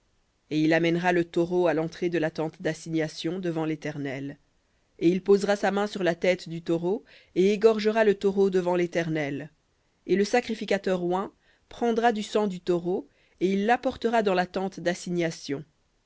et il amènera le taureau à l'entrée de la tente d'assignation devant l'éternel et il posera sa main sur la tête du taureau et égorgera le taureau devant léternel et le sacrificateur oint prendra du sang du taureau et il l'apportera dans la tente d'assignation